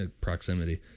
proximity